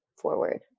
forward